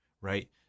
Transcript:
right